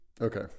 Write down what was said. Okay